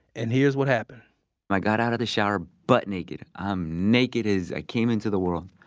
and here's what happened i got out of the shower, butt naked. i'm naked as i came into the world.